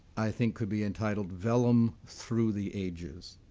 i think, could be entitled vellum through the ages.